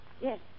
Yes